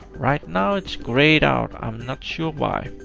right now, it's greyed out. i'm not sure why,